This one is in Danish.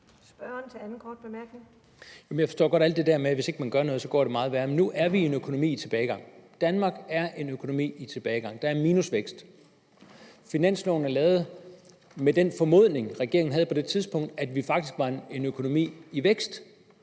jeg forstår godt alt det der med, at hvis ikke man gør noget, går det meget værre. Men nu er vi en økonomi i tilbagegang. Danmark er en økonomi i tilbagegang, der er minusvækst. Finansloven er lavet med den formodning, regeringen havde på det tidspunkt, nemlig at vi faktisk var en økonomi i vækst.